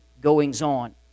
goings-on